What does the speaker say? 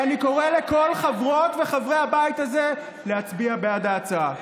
אני קורא לכל חברות וחברי הבית הזה להצביע בעד ההצעה.